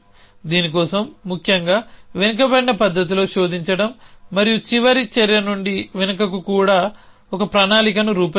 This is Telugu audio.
దీని కోసం ముఖ్యంగా వెనుకబడిన పద్ధతిలో శోధించడం మరియు చివరి చర్య నుండి వెనుకకు కూడా ఒక ప్రణాళికను రూపొందించడం